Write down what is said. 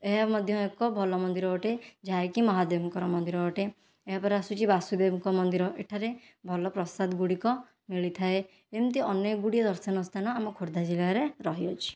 ଏହା ମଧ୍ୟ ଏକ ଭଲ ମନ୍ଦିର ଅଟେ ଯାହାକି ମହାଦେବଙ୍କର ମନ୍ଦିର ଅଟେ ଏହାପରେ ଆସୁଛି ବାସୁଦେବଙ୍କ ମନ୍ଦିର ଏଠାରେ ଭଲ ପ୍ରସାଦ ଗୁଡ଼ିକ ମିଳିଥାଏ ଏମିତି ଅନେକ ଗୁଡ଼ିଏ ଦର୍ଶନୀୟ ସ୍ଥାନ ଆମ ଖୋର୍ଦ୍ଧା ଜିଲ୍ଲାରେ ରହିଅଛି